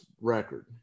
record